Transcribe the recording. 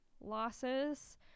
losses